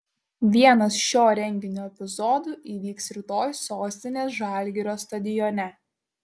vienas šio renginio epizodų įvyks rytoj sostinės žalgirio stadione